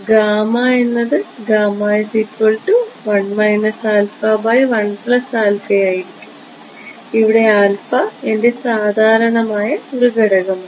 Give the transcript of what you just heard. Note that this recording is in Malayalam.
ഗാമ എന്നത് ആയിരിക്കും ഇവിടെ എൻറെ സാധാരണമായ ഘടകമാണ്